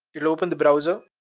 it'll open the browser,